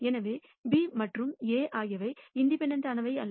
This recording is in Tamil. எனவே B மற்றும் A ஆகியவை இண்டிபெண்டெண்ட் னவை அல்ல